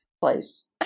place